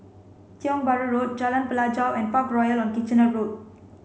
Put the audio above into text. Tiong Bahru Road Jalan Pelajau and Parkroyal on Kitchener Road